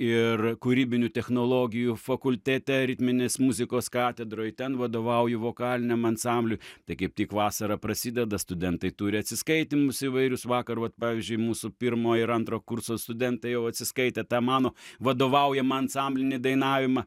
ir kūrybinių technologijų fakultete ritminės muzikos katedroj ten vadovauju vokaliniam ansambliui tai kaip tik vasara prasideda studentai turi atsiskaitymus įvairius vakar vat pavyzdžiui mūsų pirmo ir antro kurso studentai jau atsiskaitė tą mano vadovaujamą ansamblinį dainavimą